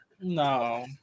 No